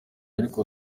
ariko